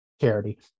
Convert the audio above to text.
Charity